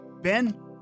Ben